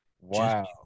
Wow